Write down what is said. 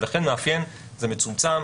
לכן "מאפיין" זה מצומצם,